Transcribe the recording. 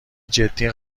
جدی